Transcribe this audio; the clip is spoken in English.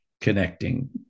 connecting